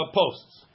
posts